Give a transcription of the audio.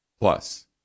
Plus